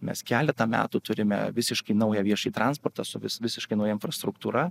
mes keletą metų turime visiškai naują viešąjį transportą su vis visiškai nauja infrastruktūra